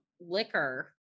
liquor